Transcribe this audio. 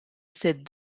ses